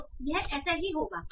तो यह ऐसा ही होगा